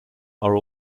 are